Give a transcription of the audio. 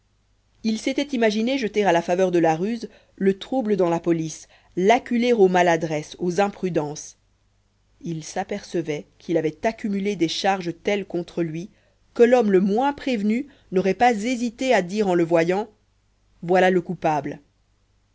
il s'était imaginé jeter à la faveur de la ruse le trouble dans la police l'acculer aux maladresses aux imprudences il s'apercevait qu'il avait accumulé des charges telles contre lui que l'homme le moins prévenu n'aurait pas hésité à dire en le voyant voilà le coupable